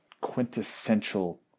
quintessential